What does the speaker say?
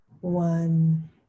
one